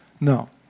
No